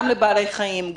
גם לבעלי חיים,